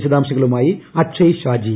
വിശദാംശങ്ങളുമായി അക്ഷയ് ഷാജി